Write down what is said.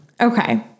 Okay